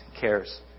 cares